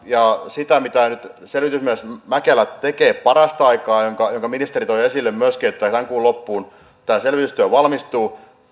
ja siihen mitä nyt selvitysmies mäkelä tekee parasta aikaa minkä ministeri toi esille myöskin että tämän kuun loppuun mennessä tämä selvitystyö valmistuu